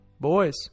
Boys